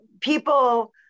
People